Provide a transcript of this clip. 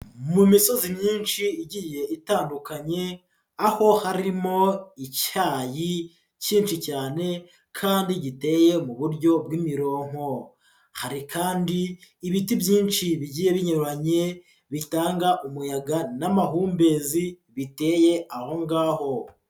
Mu misozi myinshi igiye itandukanye aho harimo icyayi cyinshi cyane kandi giteye mu buryo bw'imironko, hari kandi ibiti byinshi bigiye binyuranye bitanga umuyaga n'amahumbezi biteye aho ngaho.